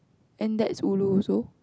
and that's ulu also